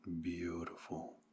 Beautiful